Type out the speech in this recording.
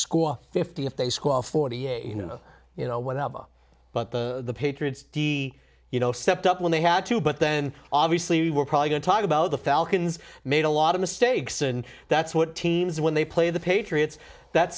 score fifty if they school forty eight you know you know what but the patriots d you know stepped up when they had to but then obviously we're probably going to talk about the falcons made a lot of mistakes and that's what teams when they play the patriots that